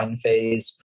phase